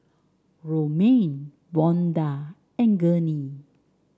romaine Vonda and Gurney